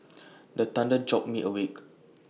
the thunder jolt me awake